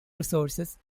resources